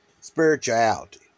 spirituality